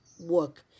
work